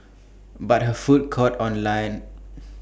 but her food caught on lines